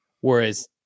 Whereas